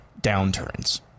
downturns